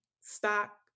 stock